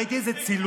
ראיתי איזה צילום,